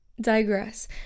digress